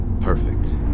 perfect